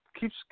keeps